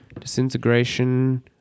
Disintegration